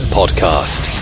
podcast